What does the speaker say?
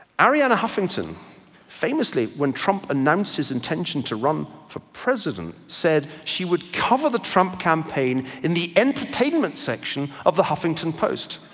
arianna huffington famously when trump announced his intention to run for president said she would cover the trump campaign in the entertainment section of the huffington post.